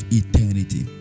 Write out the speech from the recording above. eternity